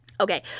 Okay